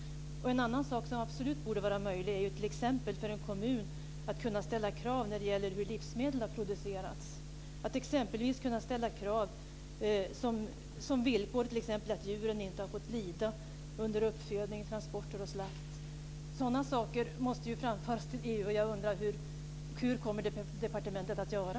En annan sak som absolut borde vara möjlig är att en kommun kan ställa krav när det gäller hur livsmedel har producerats, exempelvis ställa som villkor att djuren inte har fått lida under uppfödning, transporter och slakt. Sådana saker måste framföras till EU. Jag undrar: Hur kommer departementet att göra?